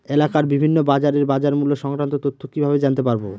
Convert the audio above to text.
এলাকার বিভিন্ন বাজারের বাজারমূল্য সংক্রান্ত তথ্য কিভাবে জানতে পারব?